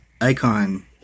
icon